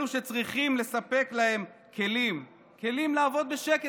אלו שצריכים לספק להם כלים לעבוד בשקט